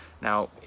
Now